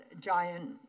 giant